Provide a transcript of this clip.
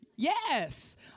Yes